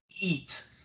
eat